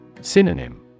Synonym